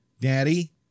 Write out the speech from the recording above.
Daddy